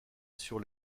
sur